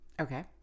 Okay